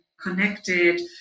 connected